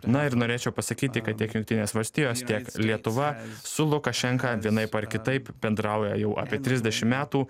na ir norėčiau pasakyti kad tiek jungtinės valstijos tiek lietuva su lukašenka vienaip ar kitaip bendrauja jau apie trisdešim metų